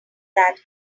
that